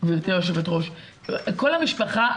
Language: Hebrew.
כל המשפחה,